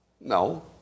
No